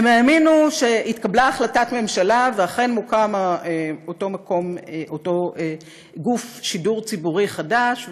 הם האמינו שהתקבלה החלטת ממשלה ואכן מוקם אותו גוף שידור ציבורי חדש,